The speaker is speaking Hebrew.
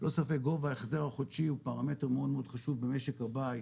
ללא ספק גובה ההחזר החודשי הוא פרמטר מאוד חשוב במשק הבית,